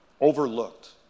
overlooked